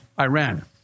Iran